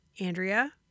Andrea